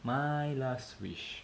my last wish